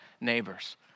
neighbors